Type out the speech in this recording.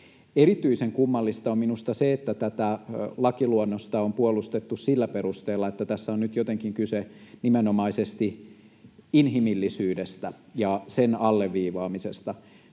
Erityisen kummallista on minusta se, että tätä lakiluonnosta on puolustettu sillä perusteella, että tässä on nyt jotenkin kyse nimenomaisesti inhimillisyydestä ja sen alleviivaamisesta.